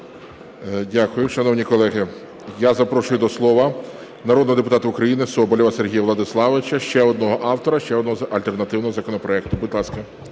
Шановні колеги, я запрошую до слова народного депутата України Соболєва Сергія Владиславовича, ще одного автора ще одного альтернативного законопроекту, будь ласка.